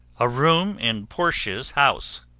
a room in portia's house.